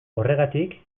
horregatik